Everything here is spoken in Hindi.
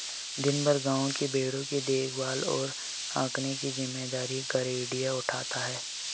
दिन भर गाँव के भेंड़ों की देखभाल और हाँकने की जिम्मेदारी गरेड़िया उठाता है